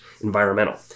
environmental